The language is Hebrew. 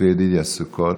וצבי ידידיה סוכות.